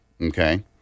okay